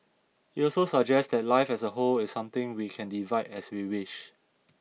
it also suggests that life as a whole is something we can divide as we wish